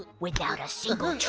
without a single